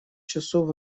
часов